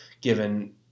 given